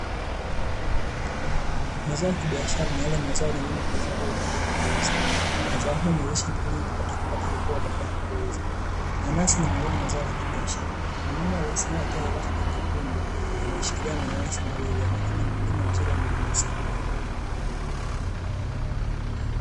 Mazao ya kibiashara ni yale mazao yanayolimwa kwa lengo kuu kwa ajili ya kuuzwa. Mazao hayo humuwezesha mkulima kupata kipato kikubwa baada ya kuuza. Nanasi ni miongoni mwa zao la kibiashara, mwanamama aliyesimama akiwa amevalia shati jekundu, ameshikilia mananasi mawili amekaa na mkulima mzuri wa mananasi haya.